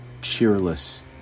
cheerless